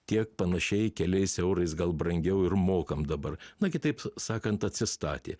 tiek panašiai keliais eurais gal brangiau ir mokam dabar na kitaip sakant atsistatė